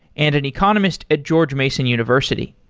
and an economist at george mason university.